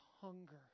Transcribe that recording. hunger